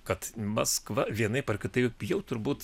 kad maskva vienaip ar kitaip jau turbūt